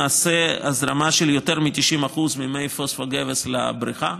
למעשה הופסקה הזרמה של יותר מ-90% ממי הפוספוגבס לבריכה.